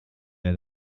wir